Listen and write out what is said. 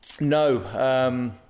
No